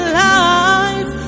life